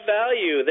value